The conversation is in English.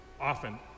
often